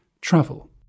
travel